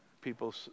people